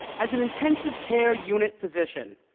as an intensive care unit physician,